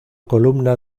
columna